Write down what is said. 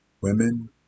women